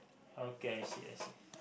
okay I see I see